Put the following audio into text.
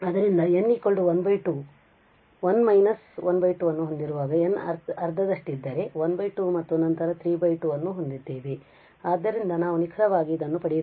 ಆದ್ದರಿಂದ n 1 2 ನಾವು 1 minus ಈ 12 ಅನ್ನು ಹೊಂದಿರುವಾಗ n ಅರ್ಧದಷ್ಟಿದ್ದರೆ 12 ಮತ್ತು ನಂತರ 32 ಅನ್ನು ಹೊಂದಿದ್ದೇವೆ ಆದ್ದರಿಂದ ನಾವು ನಿಖರವಾಗಿ ಇದನ್ನು ಪಡೆಯುತ್ತೇವೆ